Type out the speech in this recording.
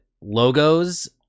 logos